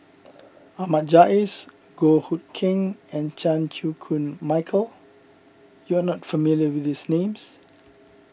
Ahmad Jais Goh Hood Keng and Chan Chew Koon Michael you are not familiar with these names